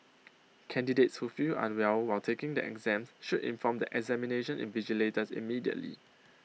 candidates who feel unwell while taking the exams should inform the examination invigilators immediately